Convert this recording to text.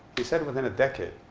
he said within a decade.